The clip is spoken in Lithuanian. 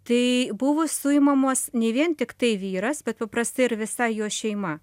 tai buvus suimamas ne vien tiktai vyras bet paprasti ir visa jo šeima